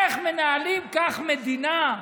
איך מנהלים כך מדינה?